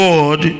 God